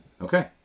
Okay